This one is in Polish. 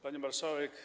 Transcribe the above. Pani Marszałek!